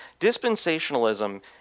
Dispensationalism